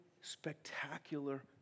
spectacular